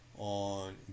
on